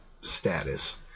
status